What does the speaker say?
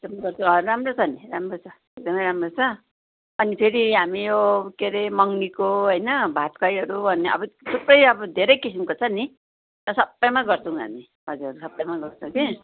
त्यताा पनि गर्छौँ अँ राम्रो छ नि राम्रो छ एकदमै राम्रो छ अनि फेरि हामी यो के हरे मगनीको होइन भात खुवाइहरू अनि अब थुप्रै अबो धेरै किसिमको छ नि सबैमा गर्छौँ हामी हजुर सबैमा गर्छौँ कि